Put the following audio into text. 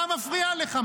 מה מפריע לך?